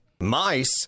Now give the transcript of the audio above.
Mice